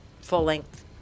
full-length